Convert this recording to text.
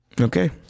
okay